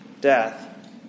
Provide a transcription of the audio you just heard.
death